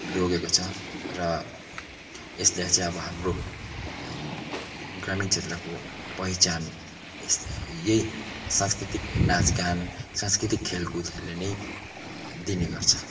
लगेको छ र यसलाई चाहिँ अब हाम्रो ग्रामीण क्षेत्रको पहिचान यस् यही सांस्कृतिक नाँचगान सांस्कृतिक खेलकुदहरूले नै दिने गर्छ